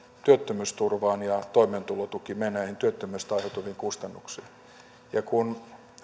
työttömyysturvaan ja toimeentulotukimenoihin työttömyydestä aiheutuviin kustannuksiin kun